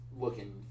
Looking